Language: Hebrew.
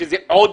שזו עוד